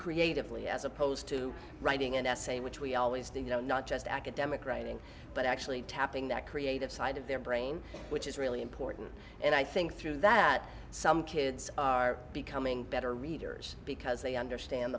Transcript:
creatively as opposed to writing an essay which we always do you know not just academic writing but actually tapping that creative side of their brain which is really important and i think through that some kids are becoming better readers because they understand